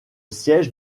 siège